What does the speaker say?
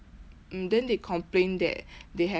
um then they complain that they have